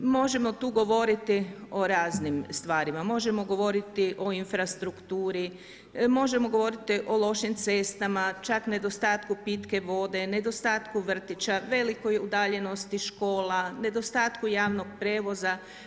Možemo tu govoriti o raznim stvarima, možemo govoriti o infrastrukturi, možemo govoriti o lošim cestama, čak nedostatku pitke vode, nedostatku vrtića, velikoj udaljenosti škola, nedostatku javnog prijevoza.